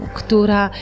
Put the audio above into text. która